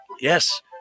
Yes